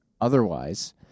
otherwise